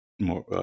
more